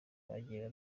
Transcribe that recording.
bagiye